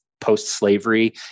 post-slavery